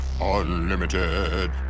Unlimited